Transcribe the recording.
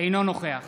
אינו נוכח